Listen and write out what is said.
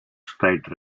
straight